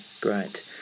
great